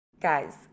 Guys